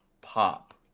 pop